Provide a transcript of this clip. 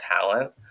talent